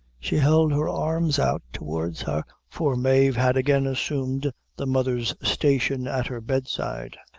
she held her arms out towards her, for mave had again assumed the mother's station at her bedside,